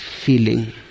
feeling